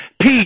peace